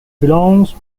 belongs